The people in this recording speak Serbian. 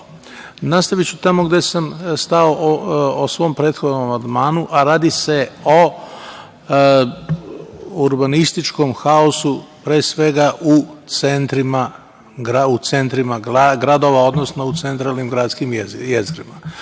to. Nastaviću tamo gde sam stao o svom prethodnom amandmanu, a radi se o urbanističkom haosu, pre svega u centrima gradova, odnosno u centralnim gradskim jezgrima.